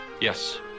Yes